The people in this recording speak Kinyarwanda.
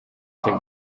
cya